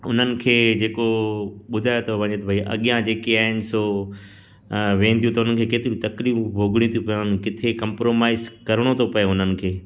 उन्हनि खे जेको ॿुधायो थो वञे त भई अॻियां जेके आहिनि सो वेंदियूं त उन्हनि खे केतिरियूं तकलीफ़ू भोॻिणियूं थी पवनि किथे कमप्रोमाईस करिणो थो पए उन्हनि खे